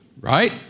right